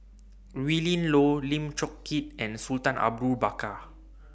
Willin Low Lim Chong Keat and Sultan Abu Bakar